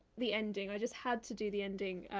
the ending, i just had to do the ending,